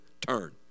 turn